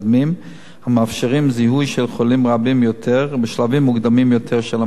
המאפשרים זיהוי של חולים רבים יותר ובשלבים מוקדמים יותר של המחלה.